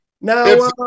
now